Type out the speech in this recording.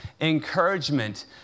encouragement